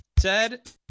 Ted